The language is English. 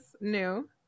new